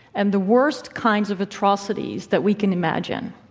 and the worst kinds of atrocities that we can imagine,